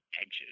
edges